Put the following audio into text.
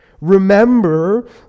Remember